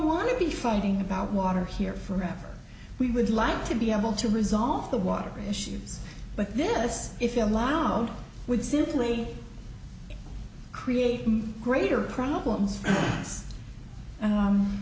want to be fighting about water here forever we would like to be able to resolve the water issues but this if we allowed would simply create greater problems